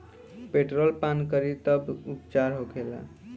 Petrol पान करी तब का उपचार होखेला?